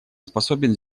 способен